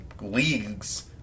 league's